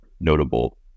notable